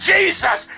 Jesus